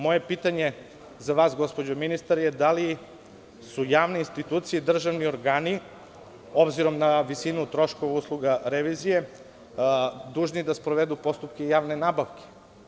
Moje pitanje za vas, gospođo ministar, je da li su javne institucije i državni organi, obzirom na visinu troškova usluga revizije, dužni da sprovedu postupke javne nabavke?